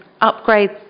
upgrade